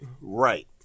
right